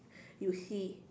you see